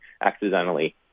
accidentally